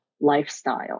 lifestyle